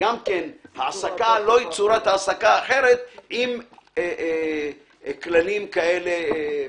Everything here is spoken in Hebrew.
גם צורת העסקה אחרת עם כללים כאלה ואחרים.